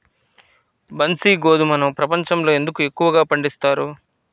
బన్సీ గోధుమను ప్రపంచంలో ఎందుకు ఎక్కువగా పండిస్తారు?